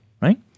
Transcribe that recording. right